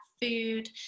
food